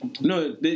No